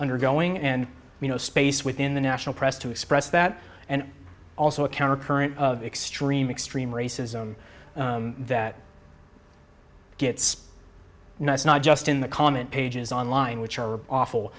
ndergoing and you know space within the national press to express that and also a counter current extreme extreme racism that gets nice not just in the comment pages online which are awful